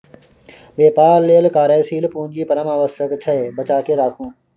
बेपार लेल कार्यशील पूंजी परम आवश्यक छै बचाकेँ राखू